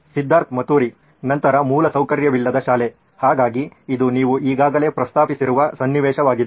ಸಿದ್ಧಾರ್ಥ್ ಮತುರಿ ನಂತರ ಮೂಲಸೌಕರ್ಯವಿಲ್ಲದ ಶಾಲೆ ಹಾಗಾಗಿ ಇದು ನೀವು ಈಗಾಗಲೇ ಪ್ರಸ್ತಾಪಿಸಿರುವ ಸನ್ನಿವೇಶವಾಗಿದೆ